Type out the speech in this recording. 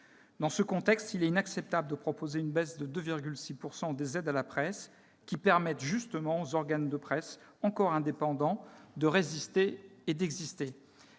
Dans ce contexte, il est inacceptable de proposer une baisse de 2,6 % des aides à la presse, qui permettent justement aux organes de presse encore indépendants de résister et d'exister.